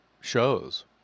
shows